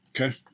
Okay